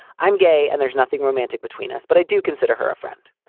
i'm gay and there's nothing romantic between us, but i do consider her a friend.